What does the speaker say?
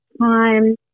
time